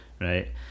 Right